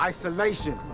Isolation